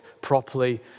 properly